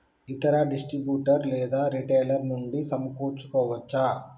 ఇతర డిస్ట్రిబ్యూటర్ లేదా రిటైలర్ నుండి సమకూర్చుకోవచ్చా?